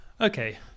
Okay